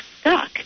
stuck